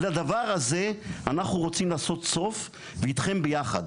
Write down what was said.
לדבר הזה אנחנו רוצים לעשות סוף ואיתכם ביחד.